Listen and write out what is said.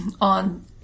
On